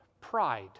pride